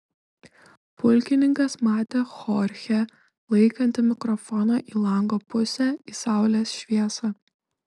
pulkininkas matė chorchę laikantį mikrofoną į lango pusę į saulės šviesą